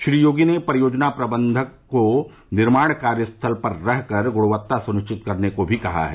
श्री योगी ने परियोजना प्रबंधकों को निर्माण कार्य स्थल पर रह कर गुणवत्ता सुनिश्चित करने को भी कहा है